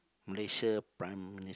Malaysia prime